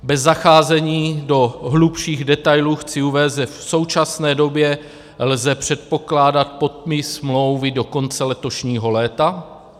Bez zacházení do hlubších detailů chci uvést, že v současné době lze předpokládat podpis smlouvy do konce letošního léta.